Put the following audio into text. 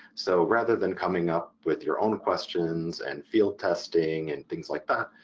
so rather than coming up with your own questions and field testing and things like that,